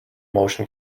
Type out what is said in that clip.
motion